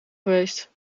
geweest